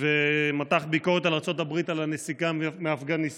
ומתח ביקורת על ארצות הברית על הנסיגה מאפגניסטן.